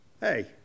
Hey